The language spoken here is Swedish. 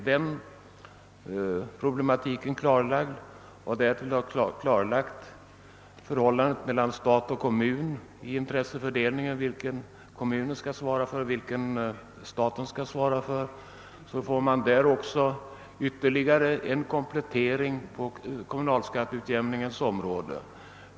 Jag förutsätter att vi därefter skall kunna åstadkomma betydande förbättringar i det nuvarande systemet, som ändå är ett synnerligen gott instrument för att hjälpa kommunerna, jämfört med förhållandena tidigare.